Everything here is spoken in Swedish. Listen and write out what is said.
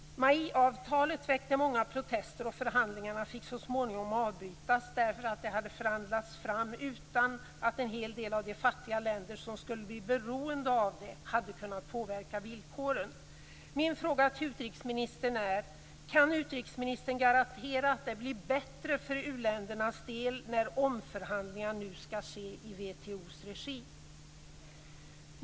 MAI-avtalet väckte många protester, och förhandlingarna fick så småningom avbrytas, därför att det hade förhandlats fram utan att en hel del av de fattiga länder som skulle bli beroende av det hade kunnat påverka villkoren. Min fråga till utrikesministern är: Kan utrikesministern garantera att det blir bättre för u-ländernas del när omförhandlingar nu skall ske i WTO:s regi?